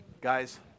guys